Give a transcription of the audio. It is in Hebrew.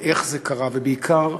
ואיך זה קרה, ובעיקר,